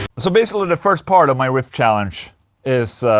so basically, the first part of my riff challenge is.